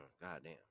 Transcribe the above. Goddamn